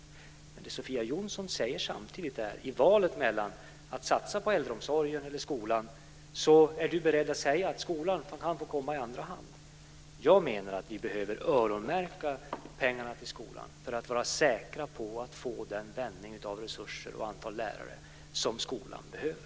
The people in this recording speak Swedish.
Men det Sofia Jonsson säger samtidigt är att i valet mellan att satsa på äldreomsorgen eller på skolan är hon beredd att säga att skolan kan få komma i andra hand. Jag menar att vi behöver öronmärka pengarna till skolan för att vara säkra på att få de resurser och det antal lärare som skolan behöver.